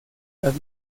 las